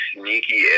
sneaky